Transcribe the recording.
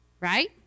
right